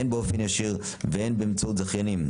הן באופן ישיר והן באמצעות זכיינים.